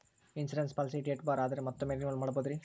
Insurance policy date ಬಾರ್ ಆದರೆ ಮತ್ತೊಮ್ಮೆ ರಿನಿವಲ್ ಮಾಡಬಹುದ್ರಿ?